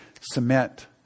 cement